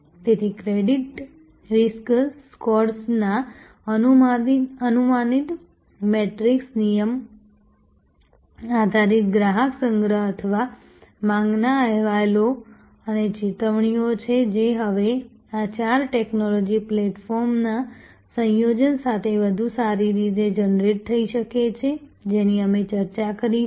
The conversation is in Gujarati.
તેથી ક્રેડિટ રિસ્ક સ્કોર્સના અનુમાનિત મેટ્રિક્સ નિયમ આધારિત ગ્રાહક સંગ્રહ અથવા માંગના અહેવાલો અને ચેતવણીઓ છે જે હવે આ ચાર ટેક્નોલોજી પ્લેટફોર્મના સંયોજન સાથે વધુ સારી રીતે જનરેટ થઈ શકે છે જેની અમે ચર્ચા કરી છે